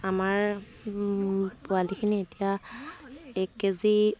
আমাৰ পোৱালিখিনি এতিয়া এক কেজি